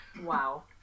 Wow